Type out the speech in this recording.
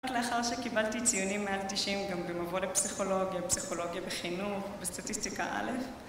רק לאחר שקיבלתי ציונים מעל תשעים גם במבוא לפסיכולוגיה, פסיכולוגיה וחינוך, בסטטיסטיקה א',